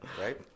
right